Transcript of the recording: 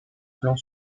plan